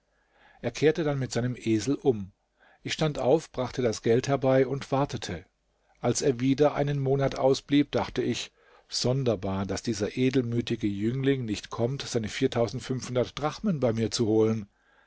er kehrte dann mit seinem esel um ich stand auf brachte das geld herbei und wartete als er wieder einen monat ausblieb dachte ich sonderbar daß dieser edelmütige jüngling nicht kommt seine drachmen bei mir zu holen